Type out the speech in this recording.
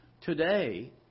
today